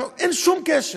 אין שום קשר.